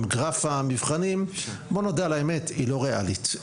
עם גרף המבחנים בוא נודה על האמת שהיא לא ריאלית.